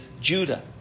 Judah